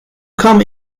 come